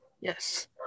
Yes